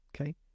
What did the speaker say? Okay